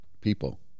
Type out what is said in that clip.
people